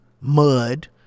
mud